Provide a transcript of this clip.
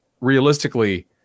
realistically